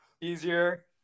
Easier